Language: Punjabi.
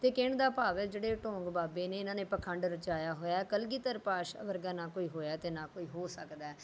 ਅਤੇ ਕਹਿਣ ਦਾ ਭਾਵ ਹੈ ਜਿਹੜੇ ਢੌਂਗ ਬਾਬੇ ਨੇ ਇਹਨਾਂ ਨੇ ਪਾਖੰਡ ਰਚਾਇਆ ਹੋਇਆ ਕਲਗੀਧਰ ਪਾਤਸ਼ਾਹ ਵਰਗਾ ਨਾ ਕੋਈ ਹੋਇਆ ਅਤੇ ਨਾ ਕੋਈ ਹੋ ਸਕਦਾ